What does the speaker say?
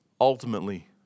ultimately